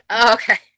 Okay